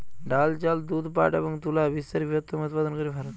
ডাল, চাল, দুধ, পাট এবং তুলা বিশ্বের বৃহত্তম উৎপাদনকারী ভারত